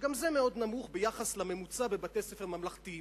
שגם זה מאוד נמוך ביחס לממוצע בבתי-ספר ממלכתיים,